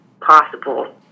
possible